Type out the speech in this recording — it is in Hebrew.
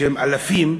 שהם אלפים,